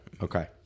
Okay